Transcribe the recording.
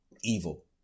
evil